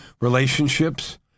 relationships